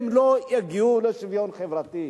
הם לא יגיעו לשוויון חברתי,